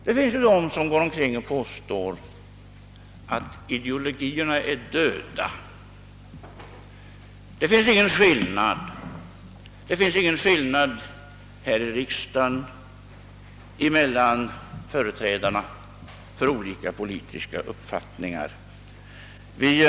Det finns ju de som påstår att ideologierna är döda och att det t.ex. inte råder någon skillnad mellan företrädare för olika politiska uppfattningar här i riksdagen.